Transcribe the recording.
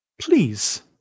Please